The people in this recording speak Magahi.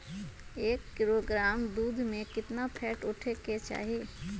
एक किलोग्राम दूध में केतना फैट उठे के चाही?